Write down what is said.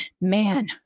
man